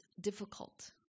difficult